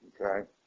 Okay